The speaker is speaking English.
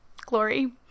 glory